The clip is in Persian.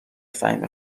فهیمه